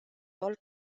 foarte